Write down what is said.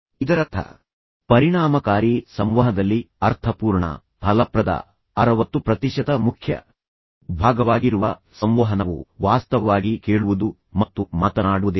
ಇದರರ್ಥ ಪರಿಣಾಮಕಾರಿ ಸಂವಹನದಲ್ಲಿ ಪರಿಣಾಮಕಾರಿ ಯಶಸ್ವಿ ಅರ್ಥಪೂರ್ಣ ಫಲಪ್ರದ ಅರವತ್ತು ಪ್ರತಿಶತ ಮುಖ್ಯ ಭಾಗವಾಗಿರುವ ಸಂವಹನವು ವಾಸ್ತವವಾಗಿ ಕೇಳುವುದು ಮತ್ತು ಮಾತನಾಡುವುದಿಲ್ಲ